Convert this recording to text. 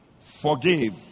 forgive